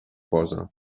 posa